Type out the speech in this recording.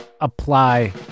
Apply